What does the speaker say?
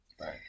Right